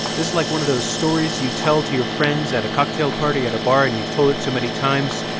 this is like one of those stories you tell to your friends at a cocktail party, at a bar. and you've told it so many times,